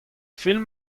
film